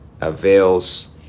avails